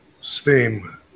steam